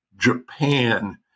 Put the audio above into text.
Japan